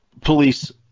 police